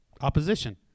opposition